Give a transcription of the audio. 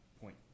point